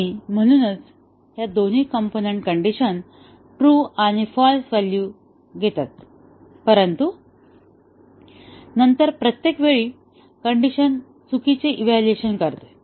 आणि म्हणूनच या दोन्ही कॉम्पोनन्ट कंडिशनने ट्रू आणि फाल्स व्हॅल्यू घेतली आहेत परंतु नंतर प्रत्येक वेळी कण्डिशन चुकीचे इव्हॅल्युएशन करतो